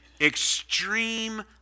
extreme